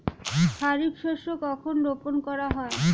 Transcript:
খারিফ শস্য কখন রোপন করা হয়?